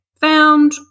found